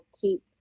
keep